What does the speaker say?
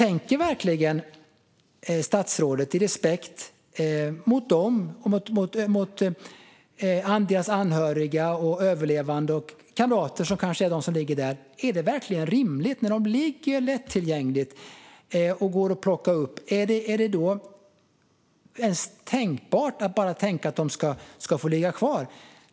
Jag tänker på respekten för dem, deras anhöriga och överlevande. Det är kanske kamrater som ligger där. Är detta verkligen rimligt när de ligger lättillgängligt och går att plocka upp? Är det då ens tänkbart att de ska få ligga kvar?